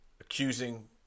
accusing